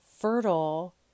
fertile